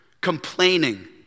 Complaining